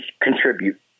contribute